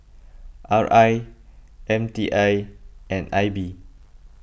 R I M T I and I B